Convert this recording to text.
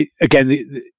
again